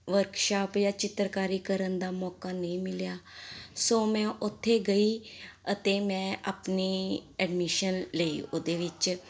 workshop ਜਾਂ ਚਿੱਤਰਕਾਰੀ ਕਰਨ ਦਾ ਮੌਕਾ ਨਹੀਂ ਮਿਲਿਆ ਸੋ ਮੈਂ ਉੱਥੇ ਗਈ ਅਤੇ ਮੈਂ ਆਪਣੀ ਐਡਮਿਸ਼ਨ ਲਈ ਉਹਦੇ ਵਿੱਚ